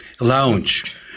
lounge